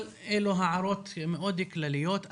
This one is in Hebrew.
אלה הערות מאוד כלליות.